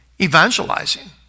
evangelizing